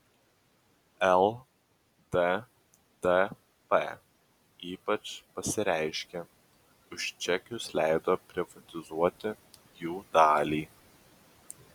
lddp ypač pasireiškė už čekius leido privatizuoti jų dalį